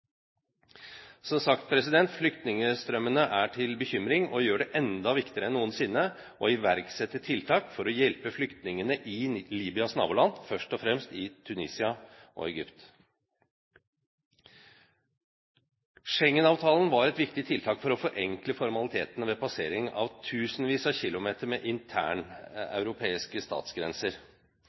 Som sagt, flyktningstrømmene er til bekymring, og gjør det enda viktigere enn noensinne å iverksette tiltak for å hjelpe flyktningene i Libyas naboland, først og fremst i Tunisia og i Egypt. Schengen-avtalen var et viktig tiltak for å forenkle formalitetene ved passering av tusenvis av kilometer med interneuropeiske statsgrenser.